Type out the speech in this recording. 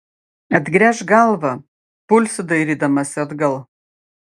atgręžk galvą pulsi dairydamasi atgal